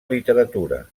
literatura